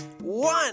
One